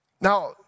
Now